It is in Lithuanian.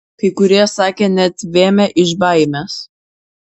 kai kurie sakė net vėmę iš baimės